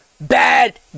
bad